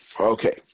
Okay